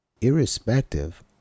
irrespective